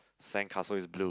sandcastle is blue